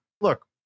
look